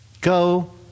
Go